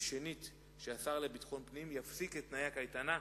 ושהשר לביטחון פנים יפסיק את תנאי הקייטנה,